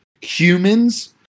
humans